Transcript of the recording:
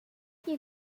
you